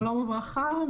שלום וברכה.